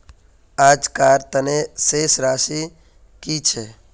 आजकार तने शेष राशि कि छे?